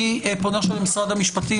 אני פונה למשרד המשפטים